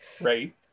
Right